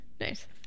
Nice